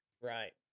Right